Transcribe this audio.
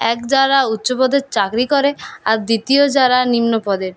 এক যারা উচ্চপদে চাকরি করে আর দ্বিতীয় যারা নিম্নপদের